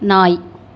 நாய்